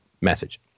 message